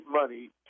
money